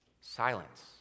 Silence